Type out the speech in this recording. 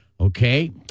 Okay